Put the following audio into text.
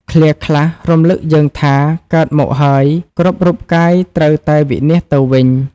ឃ្លាខ្លះ រំលឹកយើងថា កើតមកហើយ គ្រប់រូបកាយត្រូវតែវិនាសទៅវិញ។